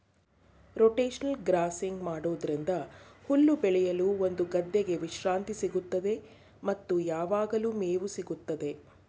rotational grazing ಮಾಡೋದ್ರಿಂದ ಹುಲ್ಲು ಬೆಳೆಯಲು ಒಂದು ಗದ್ದೆಗೆ ವಿಶ್ರಾಂತಿ ಸಿಗುತ್ತದೆ ಮತ್ತು ಯಾವಗ್ಲು ಮೇವು ಸಿಗುತ್ತದೆ